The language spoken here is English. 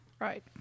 Right